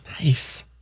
Nice